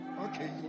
Okay